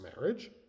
marriage